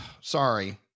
Sorry